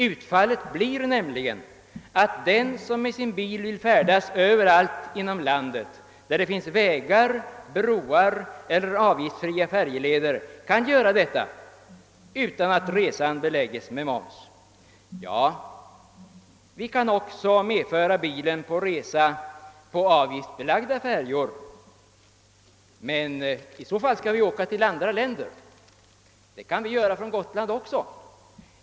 Utfallet blir nämligen att den som med sin bil vill färdas överallt inom landet där det finns vägar, broar eller avgiftsfria färjeleder kan göra detta utan att resan beläggs med moms. Ja, vi kan också medföra bilen på avgiftsbelagda färjor utan att betala moms, men i så fall skall vi åka till andra länder. Det kan vi göra från Gotland också.